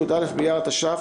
י"א באייר התש"ף,